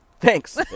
Thanks